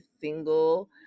single